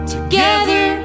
Together